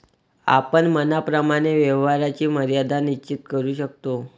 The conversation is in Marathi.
आपण मनाप्रमाणे व्यवहाराची मर्यादा निश्चित करू शकतो